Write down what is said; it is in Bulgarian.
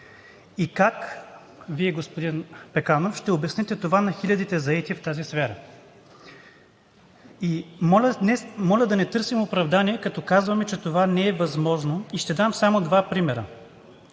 и как Вие, господин Пеканов, ще обясните това на хилядите заети в тази сфера? Моля да не търсим оправдание, като казваме, че това не е възможно. Ще дам само два примера.